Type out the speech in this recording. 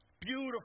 Beautiful